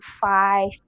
five